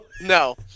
No